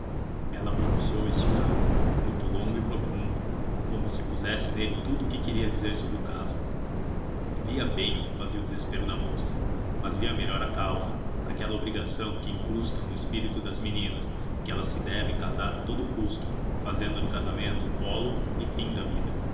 ela pronunciou este ahn muito longo e profundo como se pusesse nele tudo que queria dizer sobre o caso via bem o que fazia o desespero da moça mas via melhor a causa naquela obrigação que incrustam no espírito das meninas que elas se devem casar a todo o custo fazendo do casamento o pólo e fim da vida